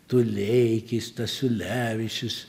tuleikis stasiulevičius